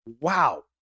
wow